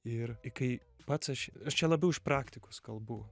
ir kai pats aš aš čia labiau iš praktikos kalbu